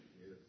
Yes